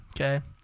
okay